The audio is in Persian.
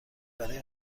برای